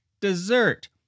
dessert